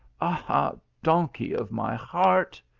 ah donkey of my heart!